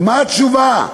ומה התשובה?